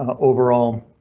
overall.